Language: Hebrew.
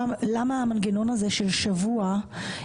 ולמה המנגנון הזה של שבוע.